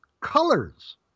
colors